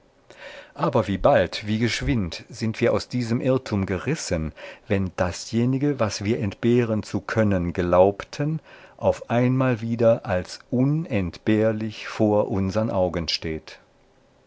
aber wie bald wie geschwind sind wir aus diesem irrtum gerissen wenn dasjenige was wir entbehren zu können glaubten auf einmal wieder als unentbehrlich vor unsern augen steht